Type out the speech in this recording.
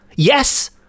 Yes